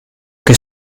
che